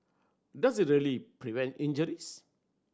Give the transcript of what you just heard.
does it really prevent injuries